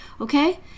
Okay